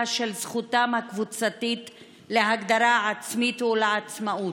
של זכותם הקבוצתית להגדרה עצמית ולעצמאות.